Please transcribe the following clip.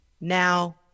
now